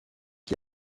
qui